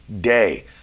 day